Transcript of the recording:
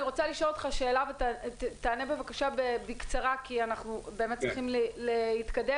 אני רוצה לשאול אותך שאלה ותענה בבקשה בקצרה כי אנחנו צריכים להתקדם: